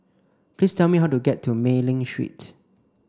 please tell me how to get to Mei Ling Street